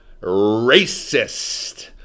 racist